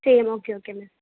ചെയ്യണം okay okay മാം